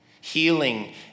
Healing